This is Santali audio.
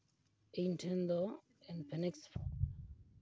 ᱤᱧᱴᱷᱮᱱ ᱫᱚ ᱮᱱᱯᱷᱤᱱᱤᱠᱥ